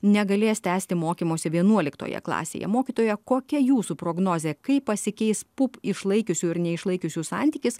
negalės tęsti mokymosi vienuoliktoje klasėje mokytoja kokia jūsų prognozė kaip pasikeis pup išlaikiusių ir neišlaikiusių santykis